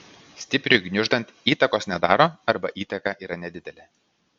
stipriui gniuždant įtakos nedaro arba įtaka yra nedidelė